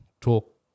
talk